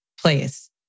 place